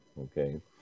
Okay